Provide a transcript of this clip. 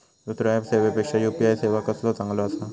दुसरो ऍप सेवेपेक्षा यू.पी.आय कसो चांगलो हा?